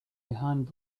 behind